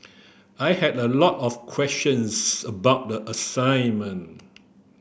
I had a lot of questions about the assignment